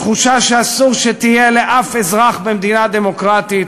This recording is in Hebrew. תחושה שאסור שתהיה לשום אזרח במדינה דמוקרטית,